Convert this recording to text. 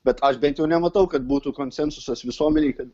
bet aš bent jau nematau kad būtų konsensusas visuomenėj kad